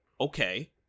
okay